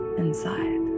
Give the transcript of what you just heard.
inside